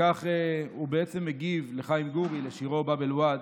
כך הוא למעשה מגיב על שירו של חיים גורי "באב אל-ואד".